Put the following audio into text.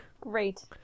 Great